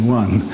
one